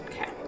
Okay